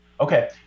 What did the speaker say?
okay